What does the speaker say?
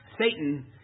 Satan